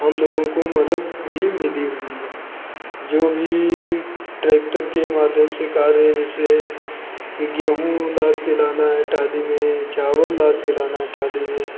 हम लोगों को मदद भी मिली हुई है जो भी ट्रैक्टर के माध्यम से कार्य जैसे ये गेंहूं लाद के लाना है टाली में चावल लाद के लाना है टाली में